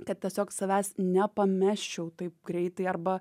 kad tiesiog savęs nepamesčiau taip greitai arba